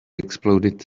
exploded